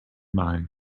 mind